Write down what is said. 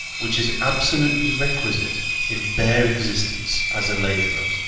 which is absolutely requisite in bare existence as a labourer.